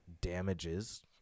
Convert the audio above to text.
damages